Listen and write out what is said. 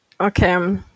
Okay